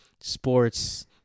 sports